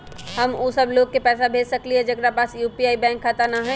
हम उ सब लोग के पैसा भेज सकली ह जेकरा पास यू.पी.आई बैंक खाता न हई?